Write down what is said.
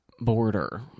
border